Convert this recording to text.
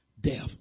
death